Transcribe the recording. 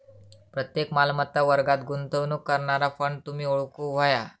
प्रत्येक मालमत्ता वर्गात गुंतवणूक करणारा फंड तुम्ही ओळखूक व्हया